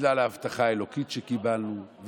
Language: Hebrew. בגלל ההבטחה האלוקית שקיבלנו,